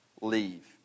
leave